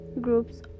groups